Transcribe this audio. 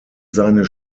seines